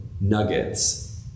nuggets